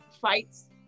fights